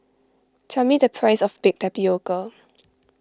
tell me the price of Baked Tapioca